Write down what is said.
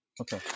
Okay